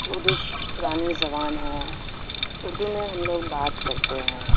اردو پرانی زبان ہے اردو میں ہم لوگ بات کرتے ہیں